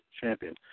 Champion